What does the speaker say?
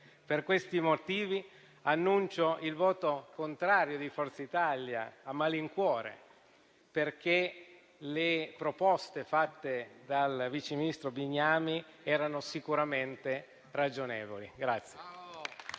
Per questi motivi, annuncio il voto contrario di Forza Italia, a malincuore, perché le proposte avanzate dal vice ministro Bignami erano sicuramente ragionevoli.